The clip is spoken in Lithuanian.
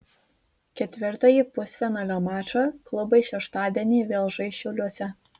ketvirtąjį pusfinalio mačą klubai šeštadienį vėl žais šiauliuose